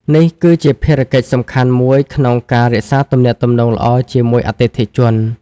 នេះគឺជាភារកិច្ចសំខាន់មួយក្នុងការរក្សាទំនាក់ទំនងល្អជាមួយអតិថិជន។